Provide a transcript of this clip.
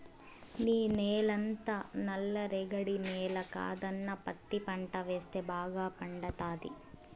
నీ నేలంతా నల్ల రేగడి నేల కదన్నా పత్తి పంట వేస్తే బాగా పండతాది